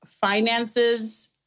finances